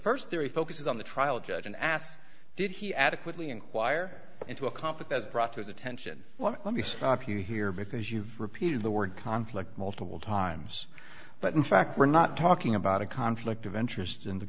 first three focuses on the trial judge and asked did he adequately inquire into a conflict as brought to his attention well let me stop you here because you've repeated the word conflict multiple times but in fact we're not talking about a conflict of interest